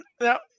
Now